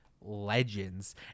legends